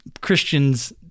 Christians